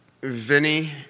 Vinny